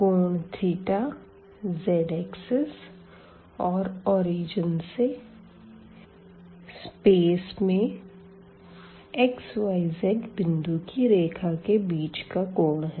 कोण z axis और मूल बिंदु से स्पेस में x y z बिंदु की रेखा के बिच का कोण है